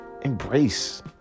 embrace